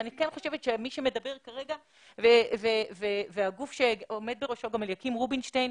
ואני כן חושבת שמי שמדבר כרגע והגוף שגם עומד בראשו אליקים רובינשטיין,